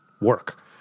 work